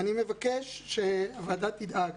אני מבקש שהוועדה תדאג